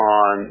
on